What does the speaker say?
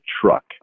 truck